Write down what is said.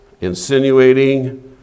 insinuating